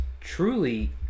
truly